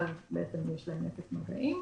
ואז בעצם יש להם אפס מגעים.